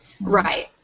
Right